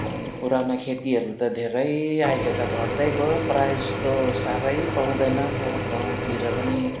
अनि पुरानो खेतीहरू त धेरै अहिले त घट्दै गयो प्रायःजस्तो साह्रै पाउँदैन पो गाउँतिर पनि